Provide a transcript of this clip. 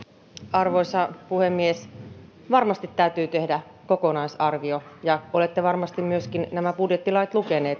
arvoisa puhemies varmasti täytyy tehdä kokonaisarvio ja olette varmasti myöskin nämä budjettilait lukenut